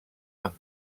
amb